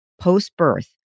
post-birth